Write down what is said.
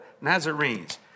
Nazarenes